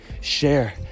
Share